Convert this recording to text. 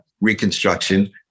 Reconstruction